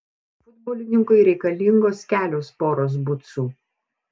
futbolininkui reikalingos kelios poros bucų